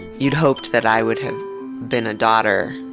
you'd hoped that i would have been a daughter.